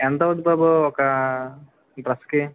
ఎంత అవ్వుతుంది బాబు ఒక డ్రెస్కి